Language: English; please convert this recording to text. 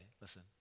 listen